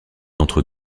entre